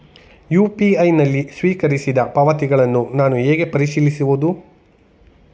UPI ನಲ್ಲಿ ಸ್ವೀಕರಿಸಿದ ಪಾವತಿಗಳನ್ನು ನಾನು ಹೇಗೆ ಪರಿಶೀಲಿಸುವುದು?